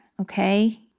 okay